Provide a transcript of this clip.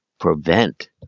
prevent